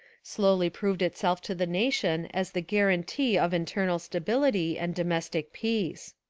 slowly proved itself to the nation as the guar antee of internal stability and domestic peace.